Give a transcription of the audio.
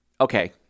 Okay